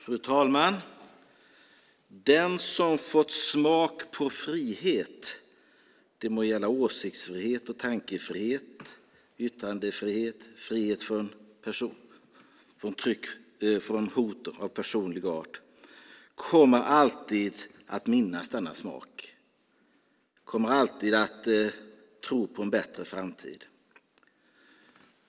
Fru talman! Den som fått smak för frihet, det må gälla åsiktsfrihet och tankefrihet, yttrandefrihet eller frihet från hot av personlig art kommer alltid att minnas denna smak. De kommer alltid att tro på en bättre framtid.